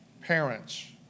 parents